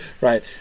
right